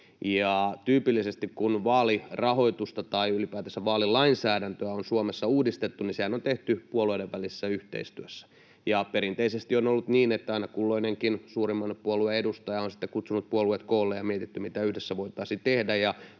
Tyypillisesti kun vaalirahoitusta tai ylipäätänsä vaalilainsäädäntöä on Suomessa uudistettu, niin sehän on tehty puolueiden välisessä yhteistyössä, ja perinteisesti on ollut niin, että aina kulloinenkin suurimman puolueen edustaja on sitten kutsunut puolueet koolle ja on mietitty, mitä yhdessä voitaisiin tehdä.